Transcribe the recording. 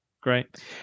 great